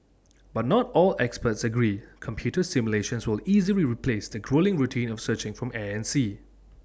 but not all experts agree computer simulations will easily replace the gruelling routine of searching from air and sea